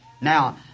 Now